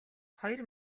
хоёр